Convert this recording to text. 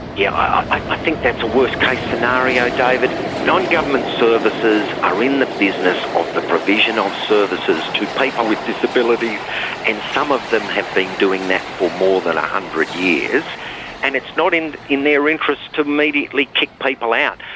yeah i think that's a worst case scenario, david. non-government services are in the business of the provision of services to people with disabilities and some of them have been doing that for more than a hundred years, and it's not in in their interest to immediately kick people out.